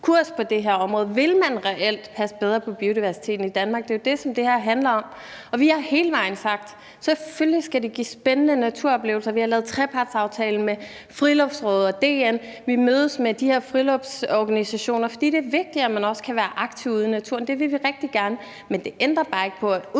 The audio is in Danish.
kurs på det her område. Vil man reelt passe bedre på biodiversiteten i Danmark? Det er jo det, som det her handler om. Vi har hele vejen sagt: Selvfølgelig skal det give spændende naturoplevelser. Vi har lavet en trepartsaftale med Friluftsrådet og DN, og vi mødes med de her friluftsorganisationer, fordi det er vigtigt, at man også kan være aktiv ude i naturen, og det vil vi rigtig gerne. Men det ændrer bare ikke på, at